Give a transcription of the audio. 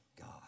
God